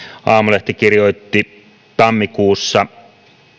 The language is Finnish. aamulehti kirjoitti tammikuussa